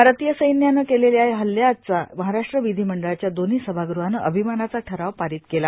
भारतीय सैन्यानं केलेल्या या हल्याचा महाराष्ट्र र्वाधमंडळाच्या दोन्हां सभागृहानं र्आभमानाचा ठराव पर्ाारत केले